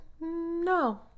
no